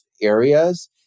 areas